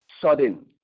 sudden